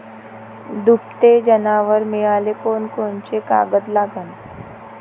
दुभते जनावरं मिळाले कोनकोनचे कागद लागन?